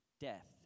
death